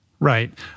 Right